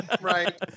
Right